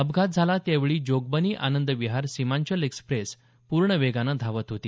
अपघात झाला त्यावेळी जोगबनी आनंदविहार सीमांचल एक्सप्रेस पूर्ण वेगानं धावत होती